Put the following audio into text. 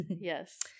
Yes